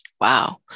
Wow